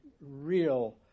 real